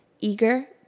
eager